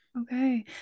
okay